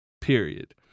period